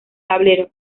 tablero